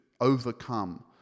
overcome